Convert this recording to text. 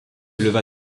leva